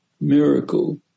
miracle